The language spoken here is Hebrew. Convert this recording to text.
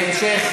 הצעת החוק,